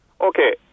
Okay